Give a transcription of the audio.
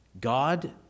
God